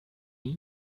call